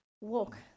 walk